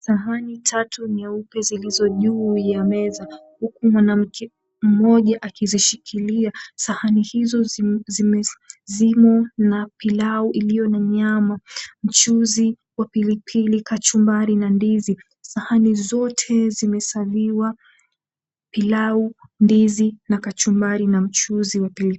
Sahani tatu nyeupe zilizo juu ya meza huku mwanamke mmoja akizishikilia sahani hizo zime zimo na pilau iliyo na nyama, mchuzi wa pilipili kachumbari na ndizi. Sahani zote zimesaviwa pilau, ndizi na kachumbari na mchuzi wa pilipili.